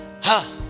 Ha